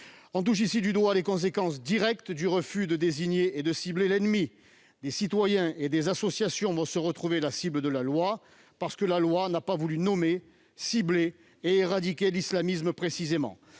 On touche ici du doigt les conséquences directes du refus de désigner et de cibler l'ennemi. Des citoyens et des associations vont se retrouver la cible de la loi, parce que celle-ci n'a pas voulu nommer et cibler précisément l'islamisme pour